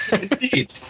Indeed